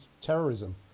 terrorism